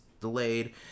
delayed